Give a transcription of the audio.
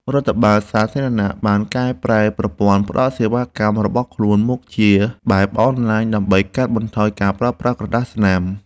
រដ្ឋបាលសាធារណៈបានកែប្រែប្រព័ន្ធផ្តល់សេវាកម្មរបស់ខ្លួនមកជាបែបអនឡាញ ដើម្បីកាត់បន្ថយការប្រើប្រាស់ក្រដាសស្នាម។